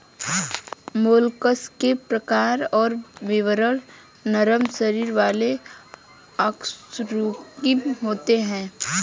mollusc के प्रकार और विवरण नरम शरीर वाले अकशेरूकीय होते हैं